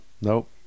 Nope